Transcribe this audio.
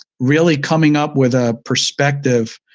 really coming up with a perspective,